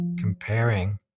comparing